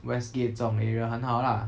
westgate 这种 area 很好 lah